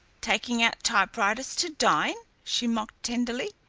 taking out typewriters to dine! she mocked tenderly.